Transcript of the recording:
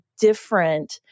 different